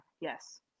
Yes